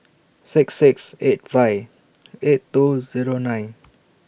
six six eight five eight two Zero nine